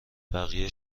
بقیه